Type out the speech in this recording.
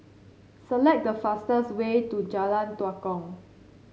select the fastest way to Jalan Tua Kong